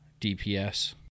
dps